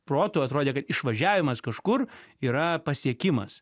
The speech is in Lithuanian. protu atrodė kad išvažiavimas kažkur yra pasiekimas